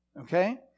Okay